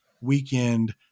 weekend